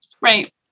Right